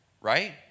right